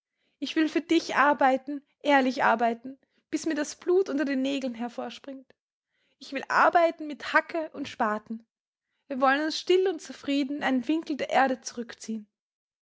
ich will für dich arbeiten ehrlich arbeiten bis mir das blut unter den nägeln hervorspringt ich will arbeiten mit hacke und spaten wir wollen uns still und zufrieden in einen winkel der erde zurückziehen